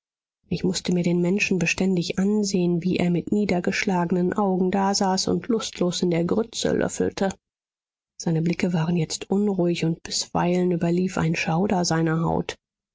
ich mußte mir den menschen beständig ansehen wie er mit niedergeschlagenen augen dasaß und lustlos in der grütze löffelte seine blicke waren jetzt unruhig und bisweilen überlief ein schauder seine haut